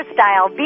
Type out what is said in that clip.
Style